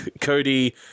Cody